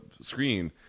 screen